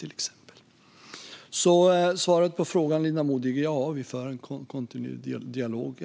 Svaret på frågan, Linda Modig, är alltså ja, vi för en kontinuerlig dialog.